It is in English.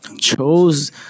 chose